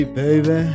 baby